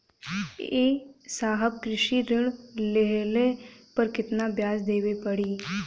ए साहब कृषि ऋण लेहले पर कितना ब्याज देवे पणी?